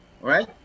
right